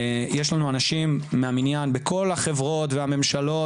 יש לנו אנשים מהמניין בכל החברות והממשלות